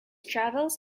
travels